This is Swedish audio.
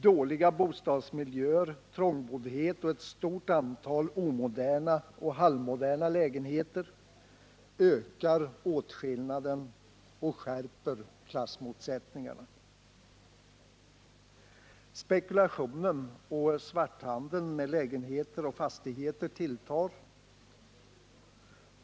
Dåliga bostadsmiljöer, trångboddhet och ett stort antal omoderna och halvmoderna lägenheter ökar åtskillnaden och skärper klassmotsättningarna. Spekulationen och svarthandeln i lägenheter och fastigheter tilltar.